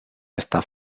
esta